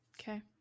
okay